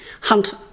hunt